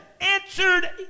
answered